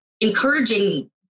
encouraging